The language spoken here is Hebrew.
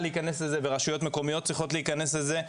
להיכנס לזה ורשויות מקומיות צריכות להיכנס לזה.